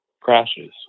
crashes